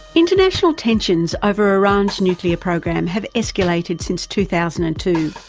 international tensions over iran's nuclear program have escalated since two thousand and two,